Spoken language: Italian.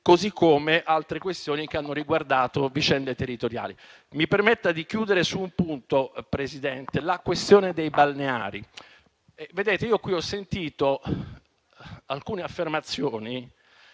così come ad altre questioni che hanno riguardato vicende territoriali. Mi permetta di chiudere su un punto, Presidente: la questione dei balneari. Qui ho sentito alcune affermazioni